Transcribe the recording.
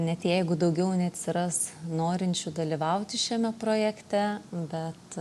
net jeigu daugiau neatsiras norinčių dalyvauti šiame projekte bet